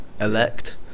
elect